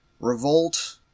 Revolt